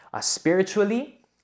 spiritually